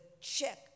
check